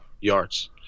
yards